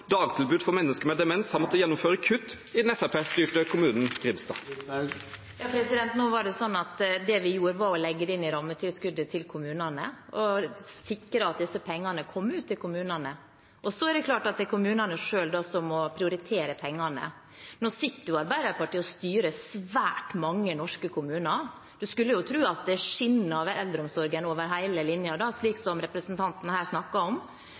dagtilbud for mennesker med demens har måttet gjennomføre kutt i den fremskrittspartistyrte kommunen Grimstad? Nå var det sånn at det vi gjorde, var å legge det inn i rammetilskuddet til kommunene og sikre at disse pengene kom ut til kommunene. Så er det klart at det er kommunene selv som må prioritere pengene. Nå sitter Arbeiderpartiet og styrer svært mange norske kommuner. En skulle tro at det skinner av eldreomsorgen over hele linjen, slik som representanten her